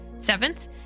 Seventh